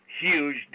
huge